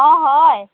অঁ হয়